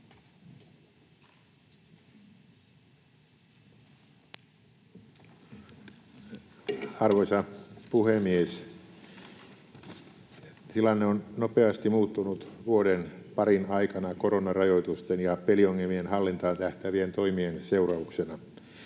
Arvoisa puhemies! Tilanne on nopeasti muuttunut vuoden parin aikana koronarajoitusten ja peliongelmien hallintaan tähtäävien toimien seurauksena.